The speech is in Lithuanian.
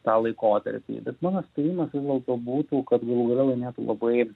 tą laikotarpį bet mano spėjimas vis dėlto būtų kad galų gale laimėtų labai